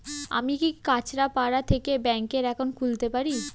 আমি কি কাছরাপাড়া থেকে ব্যাংকের একাউন্ট খুলতে পারি?